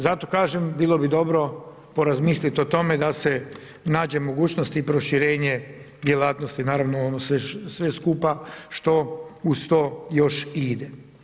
Zato kažem, bilo bi dobro porazmisliti o tome da se nađe mogućnosti i proširenje djelatnosti, naravno ono sve skupa što uz to još i ide.